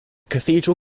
cathedral